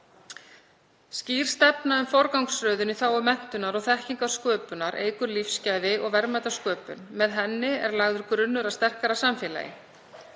Skýr stefna um forgangsröðun í þágu menntunar og þekkingarsköpunar eykur lífsgæði og verðmætasköpun. Með henni er lagður grunnur að sterkara samfélagi.